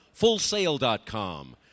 FullSale.com